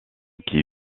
qui